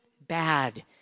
bad